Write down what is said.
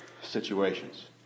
situations